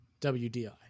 WDI